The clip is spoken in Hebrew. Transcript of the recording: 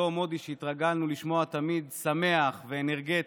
אותו מודי שהתרגלנו לשמוע תמיד שמח ואנרגטי,